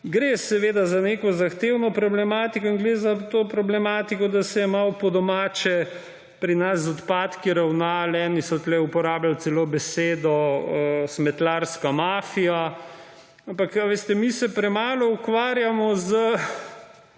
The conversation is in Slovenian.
gre za neko zahtevno problematiko in gre za to problematiko, da se je malo po domače pri nas z odpadki ravnalo. Eni so tu uporabljali celo besedo smetarska mafija, ampak, veste, mi se premalo ukvarjamo z